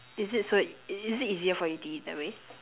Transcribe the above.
is it so that is it easier for you to eat that way